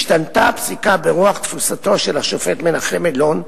השתנתה הפסיקה ברוח תפיסתו של השופט מנחם אלון,